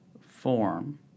form